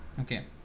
okay